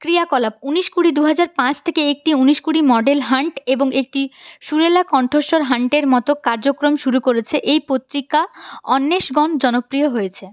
ক্রিয়াকলাপ উনিশ কুড়ি দুহাজার পাঁচ থেকে একটি উনিশ কুড়ি মডেল হান্ট এবং একটি সুরেলা কণ্ঠস্বর হান্টের মতো কার্যক্রম শুরু করেছে এই পত্রিকা অন্বেষগণ জনপ্রিয় হয়েছে